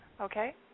Okay